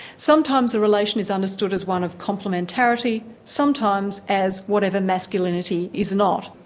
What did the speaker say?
sometimes the relation is understood as one of complimentarity, sometimes as whatever masculinity is not.